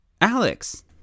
alex